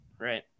right